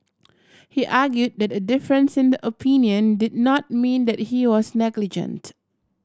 he argued that a difference in the opinion did not mean that he was negligent